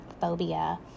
phobia